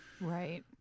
Right